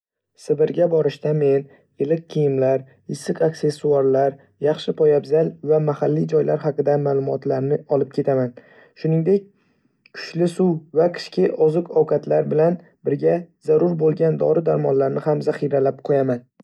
Sibirga borishda, men iliq kiyimlar, issiq aksessuarlar, yaxshi poyabzal va mahalliy joylar haqida ma'lumotlarni olib ketaman. Shuningdek, kuchli suv va qishki oziq-ovqatlar bilan birga zarur bo'lgan dori-darmonlarni ham zaxiralab qo'yaman.